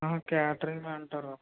catering అంటారు